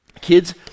Kids